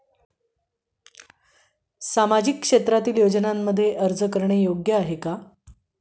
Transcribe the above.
सामाजिक क्षेत्र योजनांमध्ये अर्ज करणे योग्य आहे का?